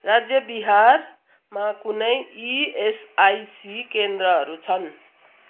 राज्य बिहारमा कुनै इएसआइसी केन्द्रहरू छन्